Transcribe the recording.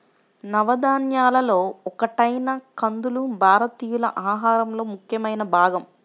నవధాన్యాలలో ఒకటైన కందులు భారతీయుల ఆహారంలో ముఖ్యమైన భాగం